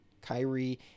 Kyrie